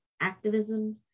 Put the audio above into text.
activism